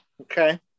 Okay